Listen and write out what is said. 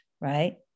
right